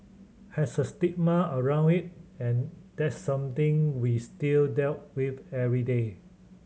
has a stigma around it and that's something we still dealt with every day